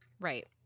Right